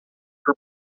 her